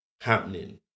happening